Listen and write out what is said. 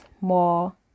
more